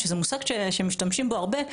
שזה מושג שמשתמשים בו הרבה,